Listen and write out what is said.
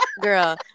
Girl